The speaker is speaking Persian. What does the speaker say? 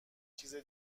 چیزه